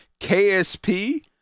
KSP